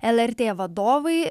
lrt vadovai